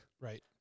right